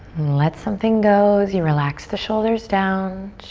let something go as you relax the shoulders down.